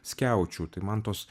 skiaučių tai man tos